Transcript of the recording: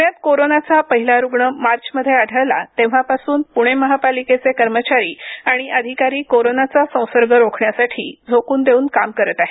पुण्यात कोरोनाचा पहिला रुग्ण मार्चमध्ये आढळला तेव्हापासून प्णे महापालिकेचे कर्मचारी आणि अधिकारी कोरोनाचा संसर्ग रोखण्यासाठी झोकून देऊन काम करत आहेत